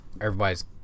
everybody's